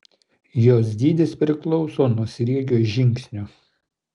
jos dydis priklauso nuo sriegio žingsnio